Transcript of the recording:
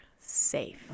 safe